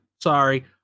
Sorry